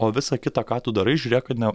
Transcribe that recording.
o visa kita ką tu darai žiūrėk kad ne